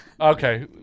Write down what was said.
Okay